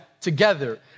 together